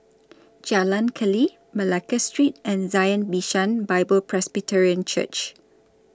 Jalan Keli Malacca Street and Zion Bishan Bible Presbyterian Church